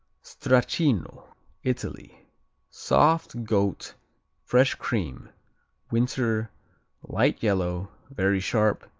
stracchino italy soft goat fresh cream winter light yellow very sharp,